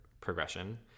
progression